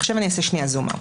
אעשה עכשיו זום-אאוט.